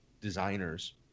designers